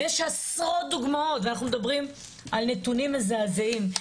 יש עשרות דוגמאות ואנחנו מדברים על נתונים מזעזעים,